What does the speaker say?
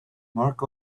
mark